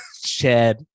Chad